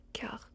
car